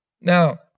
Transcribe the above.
Now